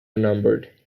unnumbered